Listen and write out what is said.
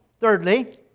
thirdly